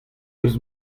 eus